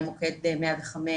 עם מוקד 105,